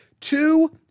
two